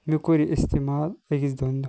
مےٚ کوٚر یہِ اِستعمال أکِس دۄن دۄہَن